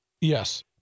Yes